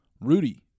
rudy